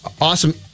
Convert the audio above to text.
awesome